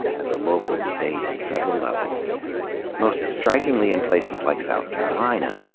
at the local, state, and federal levels most strikingly in places like south carolina,